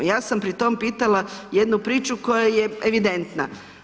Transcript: Ja sam pri tom pitala jednu priču koja je evidentna.